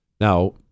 Now